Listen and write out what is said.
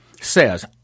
says